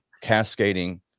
cascading